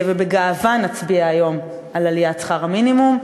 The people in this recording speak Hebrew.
ובגאווה נצביע היום על עליית שכר המינימום,